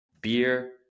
beer